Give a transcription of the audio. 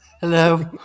Hello